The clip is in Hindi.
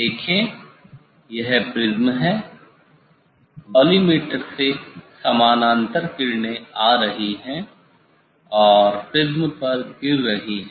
देखें यह प्रिज़्म है कॉलीमटोर से समानांतर किरणें आ रही हैं और प्रिज्म पर गिर रही हैं